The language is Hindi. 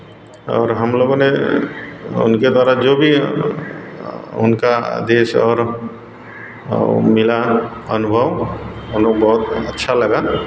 और हम लोगों ने उनके द्वारा जो भी उनका आदेश और मिला अनुभव हम लोग बहुत अच्छा लगा